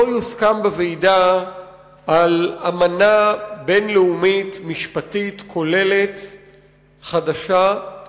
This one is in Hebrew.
לא יוסכם בוועידה על אמנה בין-לאומית משפטית כוללת חדשה,